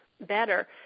better